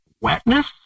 wetness